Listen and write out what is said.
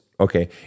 Okay